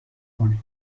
کنه